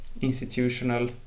institutional